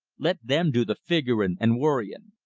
let them do the figuring and worrying.